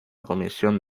comisión